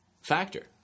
factor